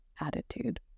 attitude